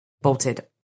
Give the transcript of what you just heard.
bolted